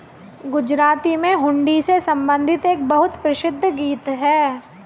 गुजराती में हुंडी से संबंधित एक बहुत प्रसिद्ध गीत हैं